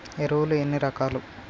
ఎరువులు ఎన్ని రకాలు?